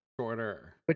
Shorter